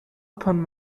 upon